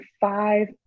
five